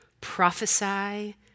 prophesy